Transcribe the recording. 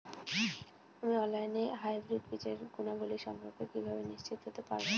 আমি অনলাইনে হাইব্রিড বীজের গুণাবলী সম্পর্কে কিভাবে নিশ্চিত হতে পারব?